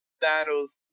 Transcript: battles